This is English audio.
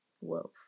wolf